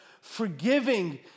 forgiving